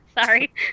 sorry